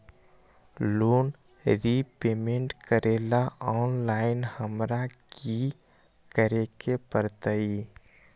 Loan repayment करेला online हमरा की करे के परतई?